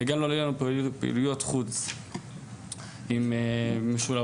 וגם לארגן לנו פעילויות חוץ עם משולבות